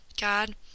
God